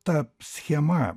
ta schema